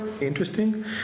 interesting